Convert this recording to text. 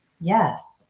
Yes